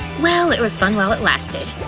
well, it was fun while it lasted.